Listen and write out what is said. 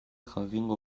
jakingo